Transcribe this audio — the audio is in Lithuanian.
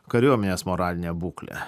kariuomenės moralinė būklė